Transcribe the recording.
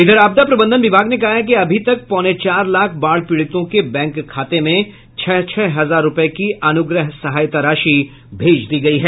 इधर आपदा प्रबंधन विभाग ने कहा है कि अभी तक पौने चार लाख बाढ़ पीड़ितों के बैंक खाते में छह छह हजार रुपये की अनुग्रह सहायता राशि भेज दी गयी है